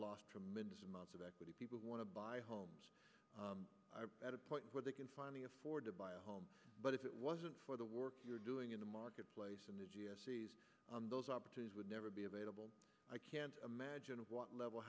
lost tremendous amounts of equity people want to buy homes at a point where they can finally afford to buy a home but if it wasn't for the work you're doing in the marketplace and on those opportunities would never be available i can't imagine what level